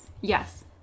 Yes